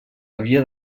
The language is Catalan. havia